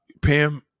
Pam